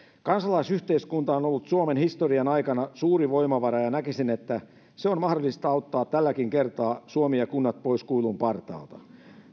kansalaisyhteiskunta on on ollut suomen historian aikana suuri voimavara ja näkisin että sen on mahdollista auttaa tälläkin kertaa suomi ja kunnat pois kuilun partaalta